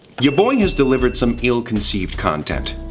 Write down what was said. ya boi has delivered some ill-conceived content,